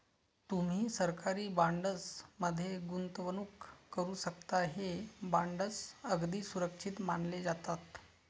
तुम्ही सरकारी बॉण्ड्स मध्ये गुंतवणूक करू शकता, हे बॉण्ड्स अगदी सुरक्षित मानले जातात